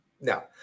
no